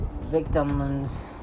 victims